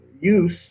use